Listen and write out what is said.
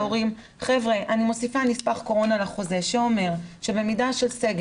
אני מוסיפה נספח קורונה לחוזה שאומר שבמקרה של סגר